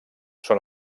són